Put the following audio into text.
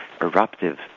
eruptive